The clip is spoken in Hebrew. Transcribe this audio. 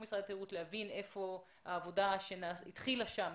משרד התיירות ולהבין היכן כבר עומדת העבודה שהתחילה שם.